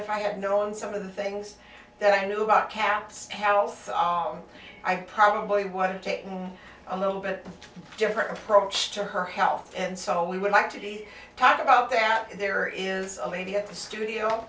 if i had known some of the things that i knew about camp stealth i probably would take a little bit different approach to her health and so we would actually talk about that there is a lady at the studio